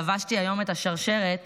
לבשתי היום את השרשרת